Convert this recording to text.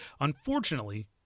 Unfortunately